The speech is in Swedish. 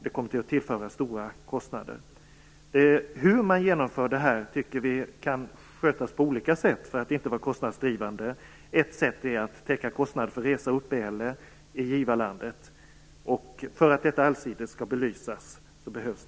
Det kommer att medföra stora kostnader. Vi tycker att detta kan genomföras på olika sätt för att inte vara kostnadsdrivande. Ett sätt är att täcka kostnaderna för resa och uppehälle i givarlandet. Det behövs en översyn för att detta allsidigt skall belysas.